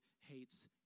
hates